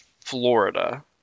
Florida